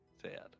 Sad